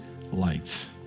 lights